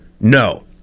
No